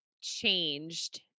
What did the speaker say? changed